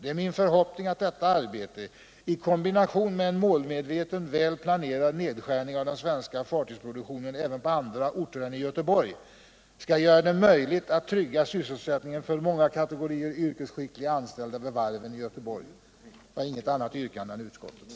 Det är min förhoppning att detta arbete i kombination med en målmedveten väl planerad nedskärning av den svenska fartygsproduktionen även på andra orter än i Göteborg skall göra det möjligt att trygga sysselsättningen för många kategorier yrkesskickliga anställda till varven i Göteborg! Jag har inget annat yrkande än utskottets.